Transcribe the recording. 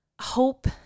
hope